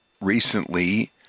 recently